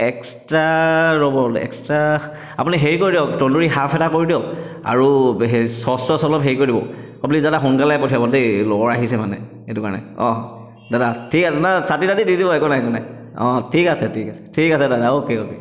extra ৰ'ব extra আপুনি হেৰি কৰি দিয়ক তন্দুৰী হাফ এটা কৰি দিয়ক আৰু চ'চ ত'চ অলপ হেৰি কৰি দিব আপুনি দাদা সোনকালে পঠিয়াব দে লগৰ আহিছে মানে সেইটো কাৰণে অঁ দাদা ঠিক আছে ন চাটনি টাটনি দি দিব একো নাই একো নাই অঁ ঠিক আছে ঠিক আছে ঠিক আছে দাদা অ'কে অ'কে